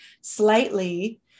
slightly